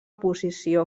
posició